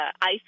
ice